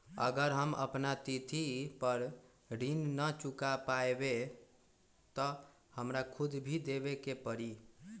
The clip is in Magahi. अगर हम अपना तिथि पर ऋण न चुका पायेबे त हमरा सूद भी देबे के परि?